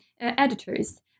editors